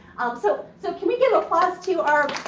um so so, can we give applause to our